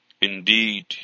Indeed